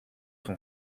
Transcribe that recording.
ton